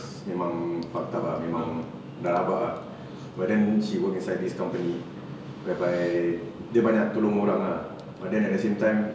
memang fucked up ah memang rabak ah but then she work inside this company whereby dia banyak tolong orang ah but then at the same time